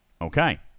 Okay